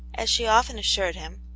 as she often assured him,